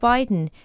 Biden